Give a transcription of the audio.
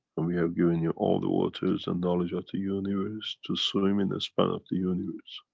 and we have given you all the waters and knowledge of the universe to swim in the span of the universe.